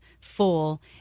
full